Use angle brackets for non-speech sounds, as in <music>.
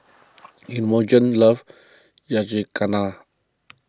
<noise> Imogene loves Yakizakana